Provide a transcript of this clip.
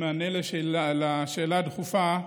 במענה על השאילתה הדחופה: